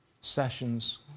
sessions